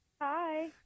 Hi